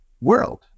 world